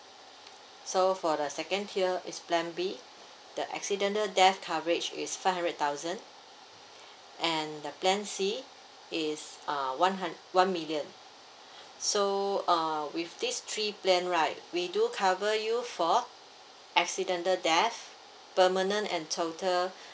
so for the second tier is plan b the accidental death coverage is five hundred thousand and the plan C is uh one hun~ one million so uh with these three plan right we do cover you for accidental death permanent and total